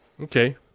Okay